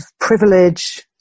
privilege